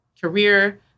career